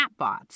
chatbots